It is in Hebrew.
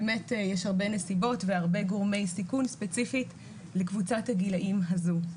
באמת יש הרבה נסיבות והרבה גורמי סיכון ספציפית לקבוצת הגילאים הזו.